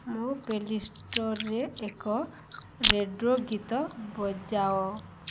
ମୋ ପ୍ଲେଲିଷ୍ଟରେ ଏକ ରେଟ୍ରୋ ଗୀତ ବଜାଅ